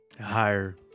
higher